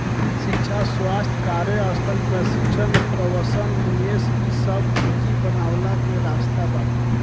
शिक्षा, स्वास्थ्य, कार्यस्थल प्रशिक्षण, प्रवसन निवेश इ सब पूंजी बनवला के रास्ता बाटे